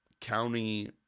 county